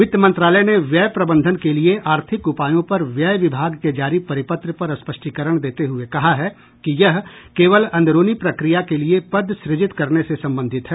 वित्त मंत्रालय ने व्यय प्रबंधन के लिए आर्थिक उपायों पर व्यय विभाग के जारी परिपत्र पर स्पष्टीकरण देते हुए कहा है कि यह केवल अंदरूनी प्रक्रिया के लिए पद सृजित करने से संबंधित है